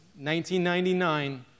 1999